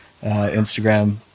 Instagram